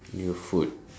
new food